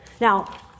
Now